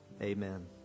Amen